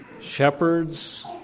shepherds